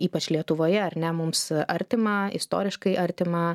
ypač lietuvoje ar ne mums artima istoriškai artima